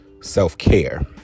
self-care